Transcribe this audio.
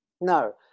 no